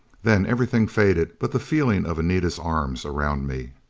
then everything faded but the feeling of anita's arms around me.